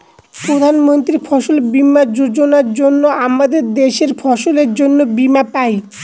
প্রধান মন্ত্রী ফসল বীমা যোজনার জন্য আমাদের দেশের ফসলের জন্যে বীমা পাই